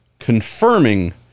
confirming